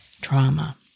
trauma